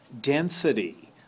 density